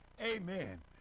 amen